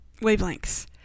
wavelengths